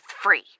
free